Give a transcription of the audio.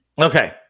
Okay